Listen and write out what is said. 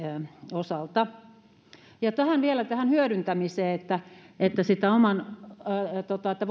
osalta vielä tähän hyödyntämiseen sitä kannatan että